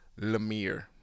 Lemire